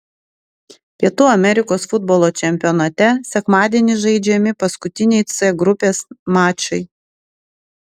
pietų amerikos futbolo čempionate sekmadienį žaidžiami paskutiniai c grupės mačai